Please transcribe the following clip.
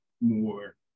more